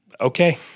Okay